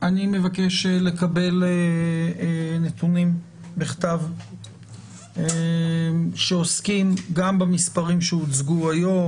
אני מבקש לקבל נתונים בכתב שעוסקים גם במספרים שהוצגו היום,